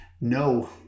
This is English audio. No